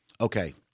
Okay